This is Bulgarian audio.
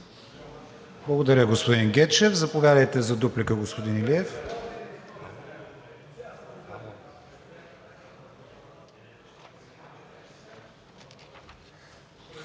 Благодаря, господин Гечев. Заповядайте за дуплика, господин Илиев.